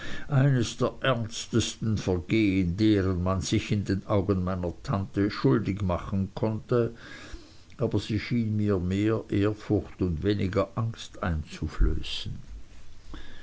eines der ernstesten vergehen deren man sich in den augen meiner tante schuldig machen konnte aber sie schien mir mehr ehrfurcht und weniger angst einzuflößen